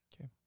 Okay